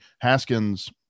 haskins